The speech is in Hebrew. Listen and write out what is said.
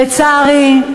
לצערי,